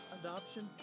adoption